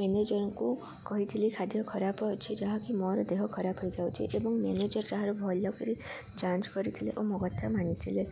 ମ୍ୟାନେଜର୍ଙ୍କୁ କହିଥିଲି ଖାଦ୍ୟ ଖରାପ ଅଛି ଯାହାକି ମୋର ଦେହ ଖରାପ ହେଇଯାଉଛିି ଏବଂ ମ୍ୟାନେଜର୍ ଯାହାର ଭଲ କରି ଯାଞ୍ଚ କରିଥିଲେ ଓ ମ କଥା ମାନିଥିଲେ